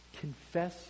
confess